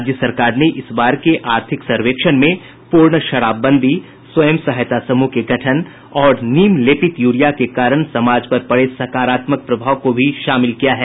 राज्य सरकार ने इस बार के आर्थिक सर्वेक्षण में पूर्ण शराबबंदी स्वयं सहायता समूह के गठन और नीम लेपित यूरिया के कारण समाज पर पडे सकारात्मक प्रभाव को भी शामिल किया है